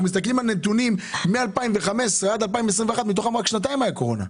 אנחנו מסתכלים על נתונים מ-2015 עד 2021. מתוכם רק שנתיים הייתה קורונה.